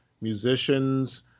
musicians